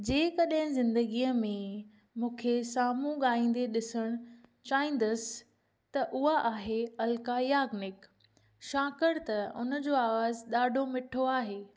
जेकॾहिं ज़िंदगीअ में मूंखे साम्हूं ॻाईंदे ॾिसणु चाहींदसि त उहा आहे अलका याग्निक छाकाण त उन जो आवाज़ ॾाढो मिठो आहे